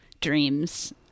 dreams